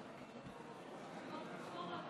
רק דקה,